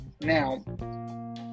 Now